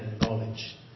knowledge